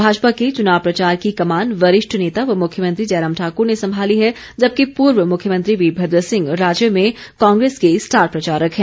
भाजपा के चुनाव प्रचार की कमान वरिष्ठ नेता व मुख्यमंत्री जयराम ठाकुर ने संभाली है जबकि पूर्व मुख्यमंत्री वीरभद्र सिंह राज्य में कांग्रेस के स्टार प्रचारक हैं